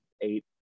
eight